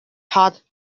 hut